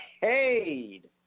paid